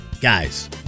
guys